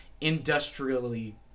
industrially